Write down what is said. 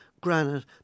granite